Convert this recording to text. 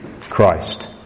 Christ